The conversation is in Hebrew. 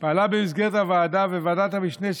פעלה במסגרת הוועדה ועדת המשנה,